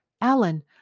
Alan